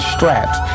straps